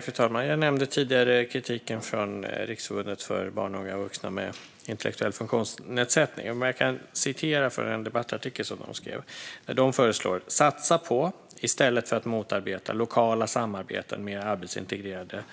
Fru talman! Jag nämnde tidigare kritiken från Riksförbundet för barn, unga och vuxna med intellektuell funktionsnedsättning. Jag citerar från en debattartikel där de skriver: "Satsa på - i stället för att motarbeta - lokala samarbeten med arbetsintegrerande